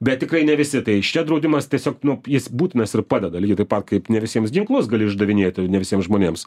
bet tikrai ne visi tai iš čia draudimas tiesiog nu jis būtinas ir padeda lygiai taip kaip ne visiems ginklus gali išdavinėti ne visiems žmonėms